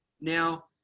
now